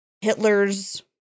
Hitler's